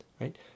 right